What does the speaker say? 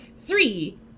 Three